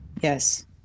Yes